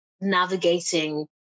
navigating